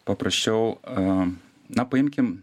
paprasčiau a na paimkim